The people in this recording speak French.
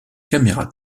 caméra